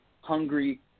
hungry